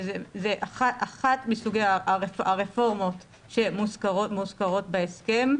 שזה אחד מסוגי הרפורמות שמוזכרות בהסכם.